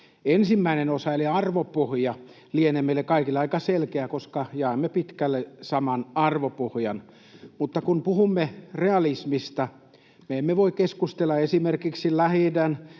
Ensimmäinen osa eli arvopohja lienee meille kaikille aika selkeä, koska jaamme pitkälle saman arvopohjan. Mutta kun puhumme realismista, me emme voi keskustella esimerkiksi Lähi-idän